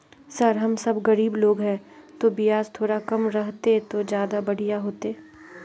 sir हम सब गरीब लोग है तो बियाज थोड़ा कम रहते तो ज्यदा बढ़िया होते